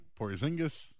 Porzingis